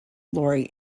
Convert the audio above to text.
laurie